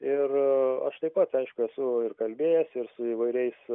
ir aš taip pat aišku esu kalbėjęs ir su įvairiais